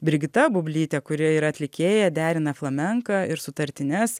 brigita bublytė kuri yra atlikėja derina flamenką ir sutartines